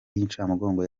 y’incamugongo